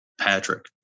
Patrick